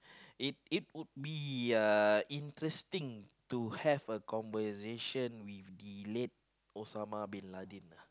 it it would be interesting to have a conversation with the late Osama-Bin-Laden